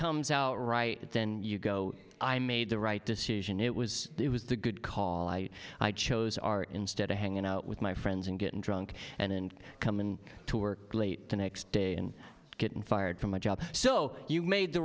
comes out right then you go i made the right decision it was it was the good call i chose are instead of hanging out with my friends and getting drunk and come in to work late the next day and getting fired from my job so you made the